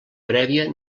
prèvia